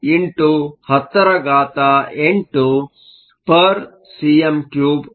3 x 108 cm 3 ಆಗುತ್ತದೆ